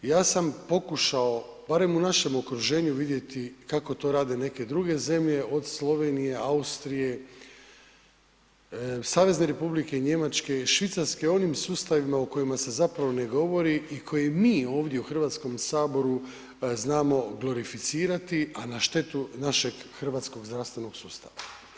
Ja sam pokušao barem u našem okruženju vidjeti kako to rade neke druge zemlje od Slovenije, Austrije, Savezne Republike Njemačke, Švicarske o onim sustavima o kojima se ne govori i koji mi ovdje u Hrvatskom saboru znamo glorificirati, a na štetu našeg hrvatskog zdravstvenog sustava.